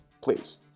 please